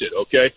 okay